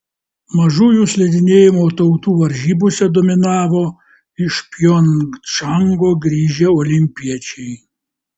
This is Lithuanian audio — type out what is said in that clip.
mažųjų slidinėjimo tautų varžybose dominavo iš pjongčango grįžę olimpiečiai